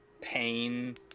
pain